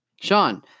Sean